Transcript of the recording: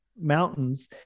mountains